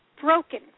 broken